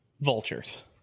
vultures